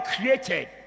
created